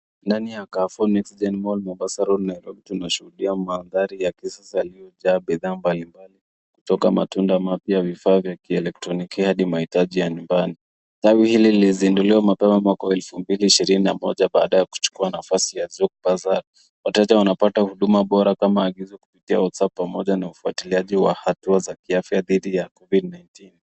Ndani ya Carrefour NextGen Mall Mombasa Road , Nairobi tunashuhudia mandhari ya kesi zilizojaa bidhaa mbalimbali kutoka matunda mapya, vifaa vya kielektroniki hadi mahitaji ya nyumbani. Tawi hili lilizinduliwa mapema mwaka wa elfu mbili ishirini na moja baada ya kuchukua nafasi ya Zuk Bazaar . Wateja wanapata huduma bora kama agizo kupitia WhatsApp pamoja na ufuatiliaji wa hatua za kiafya dhidi ya Covid-19 .